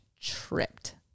tripped